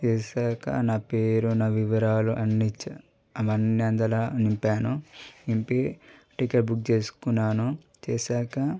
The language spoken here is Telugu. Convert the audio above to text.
చేసాక నా పేరు నా వివరాలు అన్నీ ఇచ్చాను అవన్ని అందులో నింపాను నింపి టికెట్ బుక్ చేసుకున్నాను చేశాక